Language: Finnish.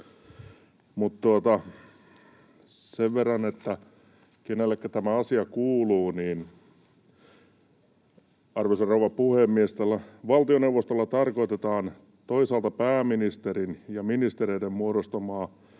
kirjallisena. Mutta kenellekä tämä asia kuuluu, arvoisa rouva puhemies? ”Valtioneuvostolla tarkoitetaan toisaalta pääministerin ja ministereiden muodostamaa